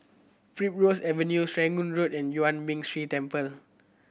Primrose Avenue Serangoon Road and Yuan Ming Si Temple